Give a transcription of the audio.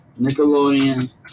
Nickelodeon